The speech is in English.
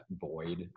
void